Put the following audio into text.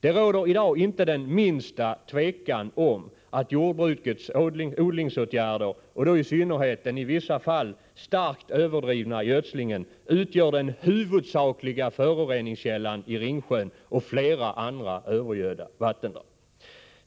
Det råder i dag inte det minsta tvivel om att jordbrukets odlingsåtgärder och i synnerhet den i vissa fall starkt överdrivna gödslingen utgör den huvudsakliga föroreningskällan i Ringsjön och flera andra övergödda vattendrag.